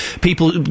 people